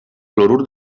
clorur